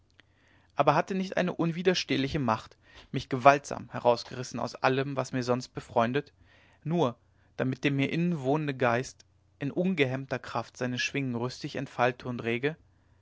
aber hatte nicht eine unwiderstehliche macht mich gewaltsam herausgerissen aus allem was mir sonst befreundet nur damit der mir inwohnende geist in ungehemmter kraft seine schwingen rüstig entfalte und rege